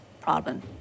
problem